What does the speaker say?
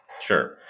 Sure